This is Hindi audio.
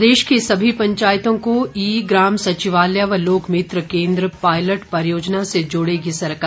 प्रदेश की सभी पंचायतों को ई ग्राम सचिवालय व लोकमित्र केंद्र पायलट परियोजना से जोड़ेगी सरकार